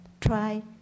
try